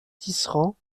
tisserands